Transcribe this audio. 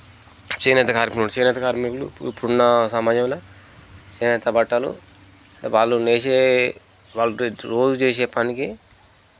చేనేత కార్మికులు చేనేత కార్మికులు ఇప్పుడున్న సమాజంలో చేనేత బట్టలు వాళ్ళు నేసే వాళ్ళు రోజు చేసే పనికి